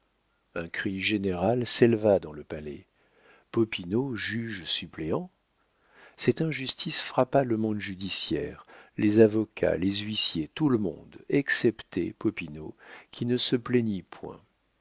un cri général s'éleva dans le palais popinot juge-suppléant cette injustice frappa le monde judiciaire les avocats les huissiers tout le monde excepté popinot qui ne se plaignit point